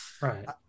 right